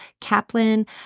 Kaplan